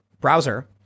browser